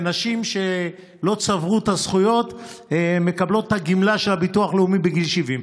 ונשים שלא צברו את הזכויות מקבלות את הגמלה של הביטוח הלאומי בגיל 70,